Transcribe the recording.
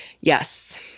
Yes